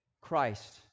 Christ